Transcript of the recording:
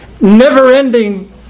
never-ending